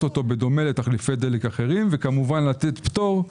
אותו בדומה לתחליפי דלק אחרים וכמובן לתת פטור.